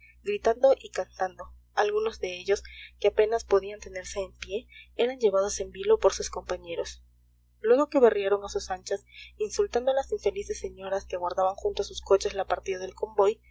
gritando y cantando algunos de ellos que apenas podían tenerse en pie eran llevados en vilo por sus compañeros luego que berrearon a sus anchas insultando a las infelices señoras que aguardaban junto a sus coches la partida del convoy